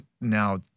now